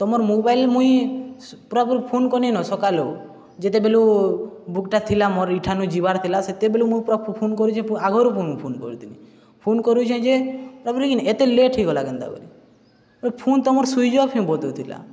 ତୁମର୍ ମୋବାଇଲ୍ ମୁଇଁ ପୁରାପୁରି ଫୋନ୍ କରିନି ନ ସକାଲୁ ଯେତେବେଲୁ ବୁକ୍ଟା ଥିଲା ମୋର ଇଠାନୁ ଯିବାର ଥିଲା ସେତେବେଲୁ ମୁଇଁ ପୁରା ଫୋନ୍ କରୁଛେ ଆଗରୁ ପୁଣି ମୁଁ ଫୋନ୍ କରିଥିଲି ଫୋନ୍ କରୁଛେଁ ଯେ ପୁରାପୁରି କି ଏତେ ଲେଟ୍ ହେଇଗଲା କେନ୍ତାକରି ଫୋନ୍ ତମର୍ ସୁଇଚ୍ ଅଫ୍ ହିଁ ବତଉଥିଲା